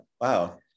wow